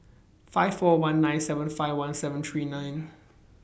five four one nine seven five one seven three nine